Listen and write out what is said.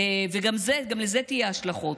וגם בזה יהיו השלכות,